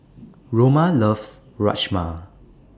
Roma loves Rajma